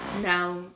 now